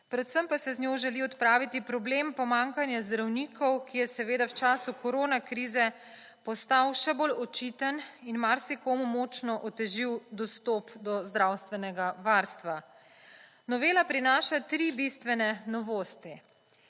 predvsem pa se z njo želi odpraviti problem pomanjkanja zdravnikov, ki je seveda v času korona krize postal še bolj očiten in marsikomu močno otežil dostop do zdravstvenega varstva. Novela prinaša tri bistvene novosti.